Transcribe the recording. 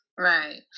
Right